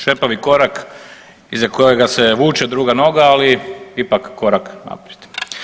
Šepavi korak iza kojega se vuče druga noga, ali ipak korak naprijed.